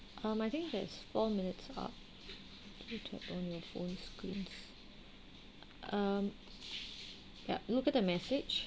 um I think there's four minutes up on your phone screens um ya look at the message